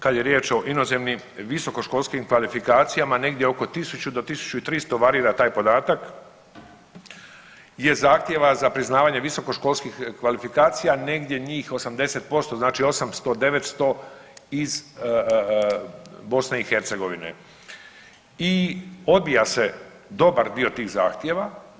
Kad je riječ o inozemnim visokoškolskim kvalifikacijama, negdje oko 1000 do 1300 varira taj podatak je zahtjeva za priznavanje visokoškolskih kvalifikacija, negdje njih 80%, znači 800, 900 iz BiH i odbija se dobar dio tih zahtjeva.